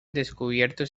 descubiertos